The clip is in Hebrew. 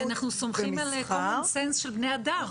כי אנחנו סומכים על קומנסנס של בני אדם.